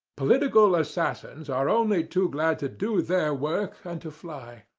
political assassins are only too glad to do their work and to fly.